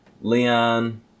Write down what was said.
Leon